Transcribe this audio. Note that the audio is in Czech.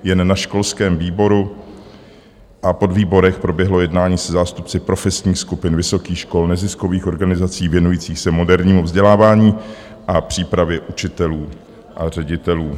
Jen na školském výboru a podvýborech proběhlo jednání se zástupci profesních skupin, vysokých škol, neziskových organizací věnujících se modernímu vzdělávání a přípravě učitelů a ředitelů.